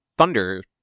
thunder